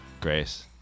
Grace